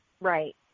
right